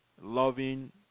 loving